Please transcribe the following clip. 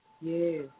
Yes